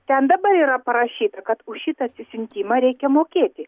ten dabar yra parašyta kad už šitą atsisiuntimą reikia mokėti